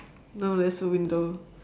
no there's a window